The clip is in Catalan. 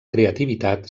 creativitat